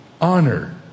Honor